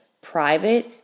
private